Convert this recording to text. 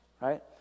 Right